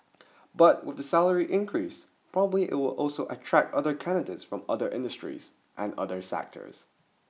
but with the salary increase probably it will also attract other candidates from other industries and other sectors